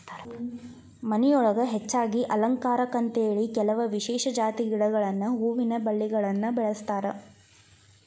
ಮನಿಯೊಳಗ ಹೆಚ್ಚಾಗಿ ಅಲಂಕಾರಕ್ಕಂತೇಳಿ ಕೆಲವ ವಿಶೇಷ ಜಾತಿ ಗಿಡಗಳನ್ನ ಹೂವಿನ ಬಳ್ಳಿಗಳನ್ನ ಬೆಳಸ್ತಾರ